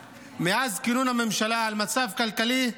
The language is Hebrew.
מאז כינון הממשלה אנחנו מדברים על מצב כלכלי קשה.